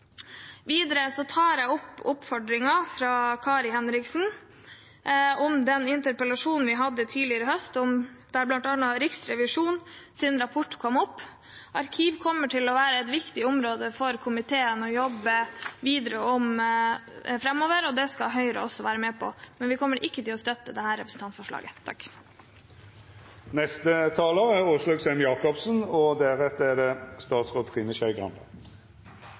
Videre tar jeg oppfordringen fra Kari Henriksen om den interpellasjonen vi hadde tidligere i høst, der bl.a. Riksrevisjonens rapport kom opp. Arkiv kommer til å være et viktig område for komiteen å jobbe videre med framover, og det skal Høyre også være med på, men vi kommer ikke til å støtte dette representantforslaget. Arkivverket har et viktig samfunnsoppdrag. Arkivlovens formål er